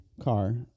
car